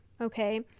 okay